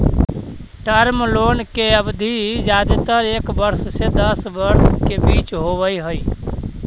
term loan के अवधि जादेतर एक वर्ष से दस वर्ष के बीच होवऽ हई